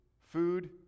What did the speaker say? food